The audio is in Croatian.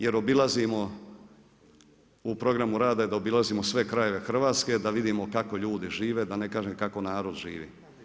Jer obilazimo, u programu rada je da obilazimo sve krajeve Hrvatske, da vidimo kako ljudi žive, da ne kažem kako narod živi.